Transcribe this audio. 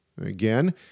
again